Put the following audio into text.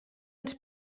ens